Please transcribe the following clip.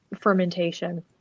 fermentation